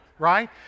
right